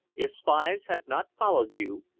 if spies have not followed you,